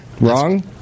Wrong